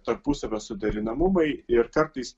tarpusavio suderinamumai ir kartais